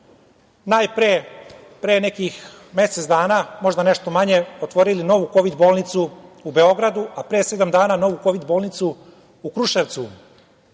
najpre, pre nekih mesec dana, možda nešto manje, otvorili novu kovid bolnicu, u Beogradu, a pre sedam dana novu kovid bolnicu u Kruševcu. Koliko